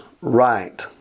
right